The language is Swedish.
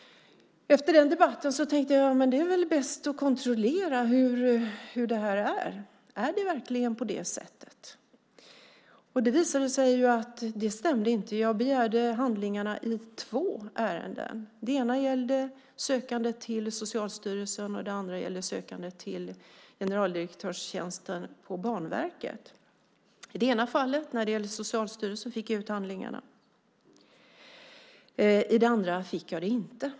Efter den debatten tänkte jag: Det är väl bäst att kontrollera hur det här är. Är det verkligen på det sättet? Det visade sig att det inte stämde. Jag begärde handlingarna i två ärenden. Det ena gällde sökande till Socialstyrelsen, och det andra gällde sökande till generaldirektörstjänsten på Banverket. I det ena fallet, när det gällde Socialstyrelsen, fick jag ut handlingarna. I det andra fick jag det inte.